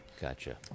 Gotcha